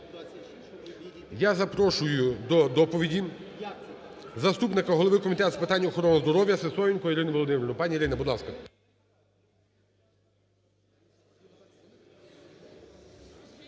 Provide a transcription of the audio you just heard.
Я запрошую до доповіді заступника голови Комітету з питань охорони Сисоєнко Ірину Володимирівну. Пані Ірино, будь ласка.